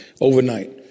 overnight